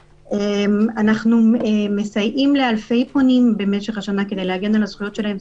אנחנו מסייעים לאלפי פונים במשך השנה כדי להגן על זכויותיהם.